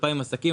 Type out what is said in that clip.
2,000 עסקים,